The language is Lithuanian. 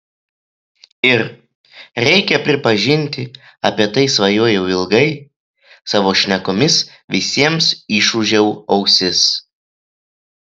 ir reikia pripažinti apie tai svajojau ilgai savo šnekomis visiems išūžiau ausis